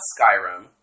Skyrim